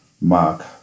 Mark